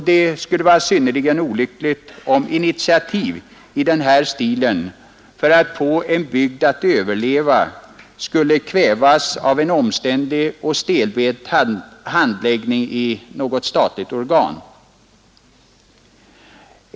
Det skulle vara synnerligen olyckligt om initiativ i denna stil för att få en bygd att överleva skulle kvävas av en omständlig och stelbent handläggning i något statligt organ.